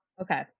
Okay